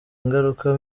ingaruka